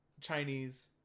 Chinese